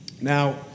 Now